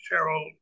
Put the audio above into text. Cheryl